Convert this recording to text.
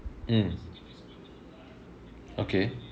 mm okay